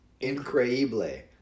Increíble